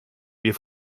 wir